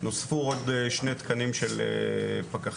נוספו עוד שני תקנים של פקחים,